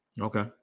Okay